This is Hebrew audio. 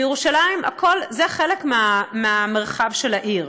בירושלים זה חלק מהמרחב של העיר.